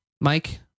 Mike